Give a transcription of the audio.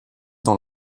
dans